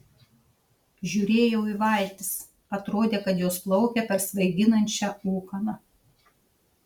žiūrėjau į valtis atrodė kad jos plaukia per svaiginančią ūkaną